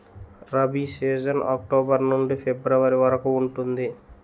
rabi season October నుండి February వరకు ఉంటుంది